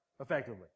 effectively